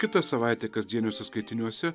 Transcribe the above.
kitą savaitę kasdieniuose skaitiniuose